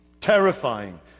terrifying